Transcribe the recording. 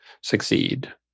succeed